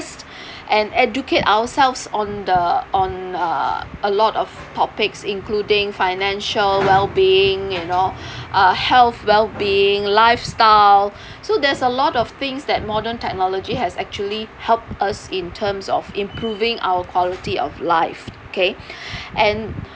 and educate ourselves on the on uh a lot of topics including financial well being you know uh health well being lifestyle so there's a lot of things that modern technology has actually helped us in terms of improving our quality of life okay and